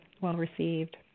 well-received